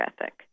ethic